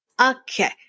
okay